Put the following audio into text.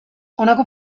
honako